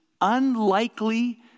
unlikely